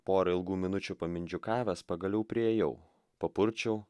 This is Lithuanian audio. porą ilgų minučių pamindžiukavęs pagaliau priėjau papurčiau